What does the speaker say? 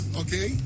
okay